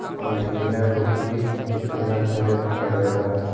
महीने में किस्त कितना भरें पड़ेगा?